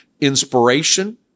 inspiration